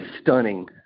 stunning